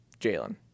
Jalen